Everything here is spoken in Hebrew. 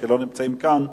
שלא נמצאים כאן,